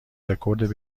رکورد